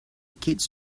kids